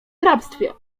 hrabstwie